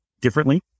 differently